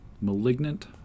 malignant